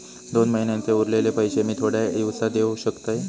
दोन महिन्यांचे उरलेले पैशे मी थोड्या दिवसा देव शकतय?